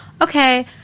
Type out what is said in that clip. okay